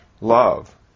love